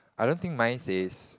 I don't think mine says